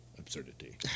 absurdity